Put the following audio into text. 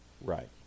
right